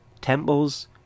Temples